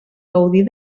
gaudir